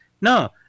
No